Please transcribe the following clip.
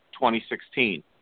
2016